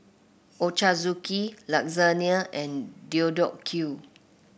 Ochazuke Lasagna and Deodeok Gui